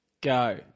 Go